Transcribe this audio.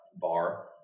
bar